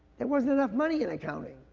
there wasn't enough money in accounting.